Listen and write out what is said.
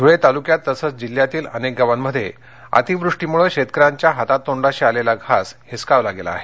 ध्रळे तालुक्यात तसंच जिल्ह्यातील अनेक गावांमध्ये अतिवृष्टीमुळे शेतकऱ्यांच्या हातातोंडाशी आलेला घास हिसकावला गेला आहे